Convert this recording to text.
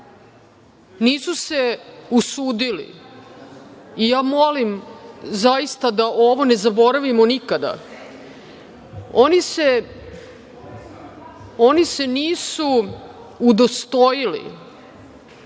nisu se usudili i ja molim zaista da ovo ne zaboravimo nikada, oni se nisu udostojili